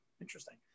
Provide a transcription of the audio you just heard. interesting